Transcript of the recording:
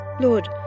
Lord